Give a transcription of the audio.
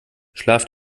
schlaf